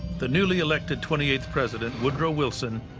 the newly elected twenty eighth president, woodrow wilson,